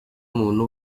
muntu